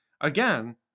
Again